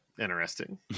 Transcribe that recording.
interesting